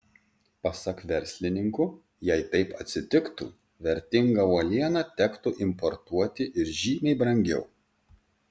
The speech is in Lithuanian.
pasak verslininkų jei taip atsitiktų vertingą uolieną tektų importuoti ir žymiai brangiau